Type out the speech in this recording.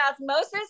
osmosis